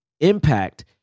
impact